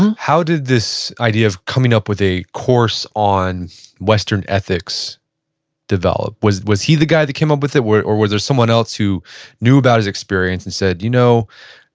and how did this idea of coming up with a course on western ethics develop? was was he the guy that came up with it, or was there someone else who knew about his experience and said, you know,